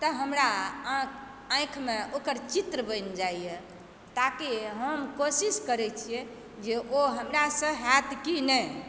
तऽ हमरा आँखिमे ओकर चित्र बनि जाइए ताकि हम कोशिश करय छियै जे ओ हमरासँ होयत कि नहि